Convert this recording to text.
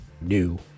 new